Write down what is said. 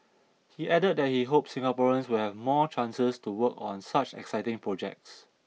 he added that he hopes Singaporeans will have more chances to work on such exciting projects